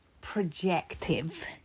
Projective